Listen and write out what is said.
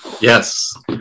yes